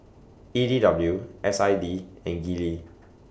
E D W S I D and Gillie